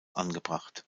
angebracht